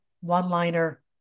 one-liner